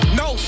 no